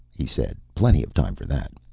he said. plenty of time for that.